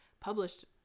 published